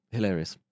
Hilarious